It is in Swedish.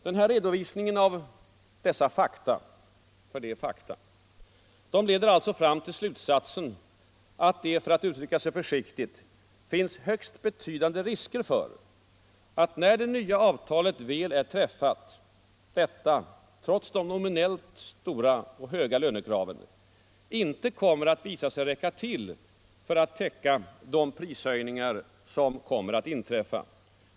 Min redovisning av dessa fakta leder alltså fram till slutsatsen att det —- för att uttrycka sig försiktigt — finns högst betydande risker för att det nya avtalet, när det väl är träffat, trots de höga nominella lönekraven inte kommer att visa sig räcka till för att täcka de prishöjningar som kommer att inträffa.